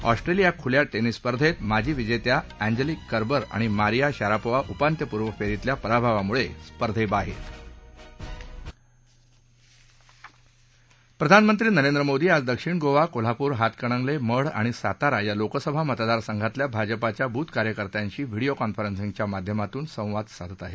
Australia खुल्या tennis स्पर्धेत माजी विजेत्या अँजेलिक कर्बर आणि मारिया शारापोव्हा उपांत्यपूर्व फेरीतल्या पराभवामुळे स्पर्धेबाहेर प्रधानमंत्री नरेंद्र मोदी आज दक्षिण गोवा कोल्हापूर हातकणगले मढ आणि सातारा या लोकसभा मतदार संघातल्या भाजपाच्या बुथ कार्यकर्त्यांशी व्हीडीओ कॉन्फरन्सिंगच्या माध्यमातून संवाद साधणार आहेत